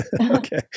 Okay